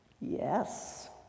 Yes